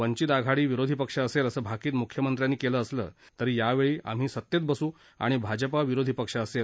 वंचित आघाडी विरोधी पक्ष असेल असे भाकीत मुख्यमंत्र्यांनी केलं असलं तरी यावेळी आम्ही सत्तेत बसू आणि भाजप विरोधी पक्ष असेल